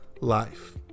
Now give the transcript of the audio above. life